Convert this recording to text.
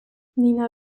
nina